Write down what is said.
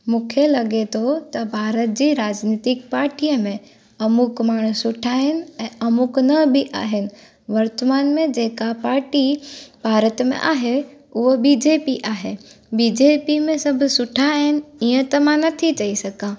मूंखे लॻे थो त भारत जे राजनीतिक पार्टीअ में अमुख माण्हू सुठा आहिनि ऐं अमुख न बि आहिनि वर्तमान में जेका पार्टी भारत में आहे उहो बी जे पी आहे बी जे पी में सभु सुठा आहिनि ईअं त मां नथी चई सघां